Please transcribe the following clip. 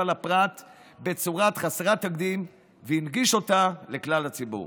לפרט בצורה חסרת תקדים והנגיש אותה לכלל הציבור.